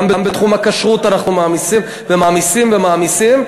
גם בתחום הכשרות אנחנו מעמיסים ומעמיסים ומעמיסים,